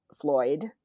Floyd